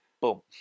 Boom